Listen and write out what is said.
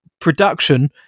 production